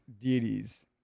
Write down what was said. deities